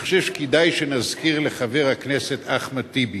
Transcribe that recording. אני חושב שכדאי שנזכיר לחבר הכנסת אחמד טיבי: